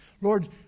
Lord